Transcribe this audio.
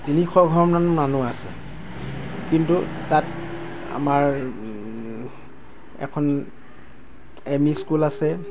তিনিশঘৰমান মানুহ আছে কিন্তু তাত আমাৰ এখন এম ই স্কুল আছে